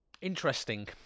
interesting